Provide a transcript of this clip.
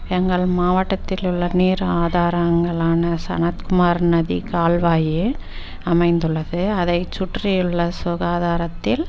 எங்கள் மாவட்டத்திலுள்ள நீர் ஆதாரங்களான சனத்குமார் நதி கால்வாய் அமைந்துள்ளது அதை சுற்றியுள்ள சுகாதாரத்தில்